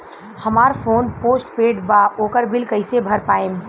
हमार phone postpaid बा ओकर बिल कईसे भर पाएम?